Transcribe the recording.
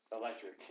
Electric